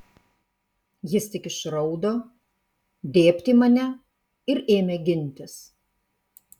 jis tik išraudo dėbt į mane ir ėmė gintis